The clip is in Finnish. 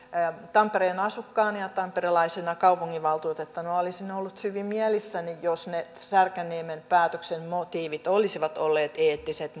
tampereen asukkaana ja tamperelaisena kaupunginvaltuutettuna olisin ollut hyvin mielissäni jos ne särkänniemen päätöksen motiivit olisivat olleet eettiset